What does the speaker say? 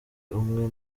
umwe